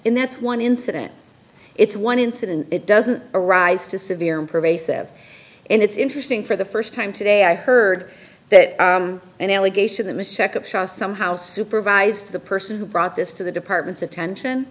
in that's one incident it's one incident it doesn't arise to severe and pervasive and it's interesting for the first time today i heard that an allegation that miss check of shaw somehow supervised the person who brought this to the department's